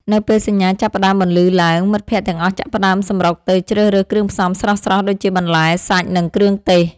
នៅពេលសញ្ញាចាប់ផ្ដើមបន្លឺឡើង មិត្តភក្តិទាំងអស់ចាប់ផ្ដើមសម្រុកទៅជ្រើសរើសគ្រឿងផ្សំស្រស់ៗដូចជា បន្លែ សាច់ និងគ្រឿងទេស។